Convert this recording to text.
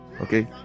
okay